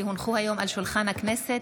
כי הונחו היום על שולחן הכנסת,